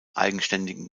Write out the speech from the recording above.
eigenständigen